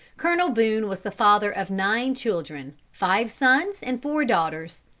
colonel boone was the father of nine children, five sons and four daughters.